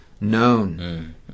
known